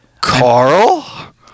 Carl